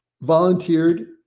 volunteered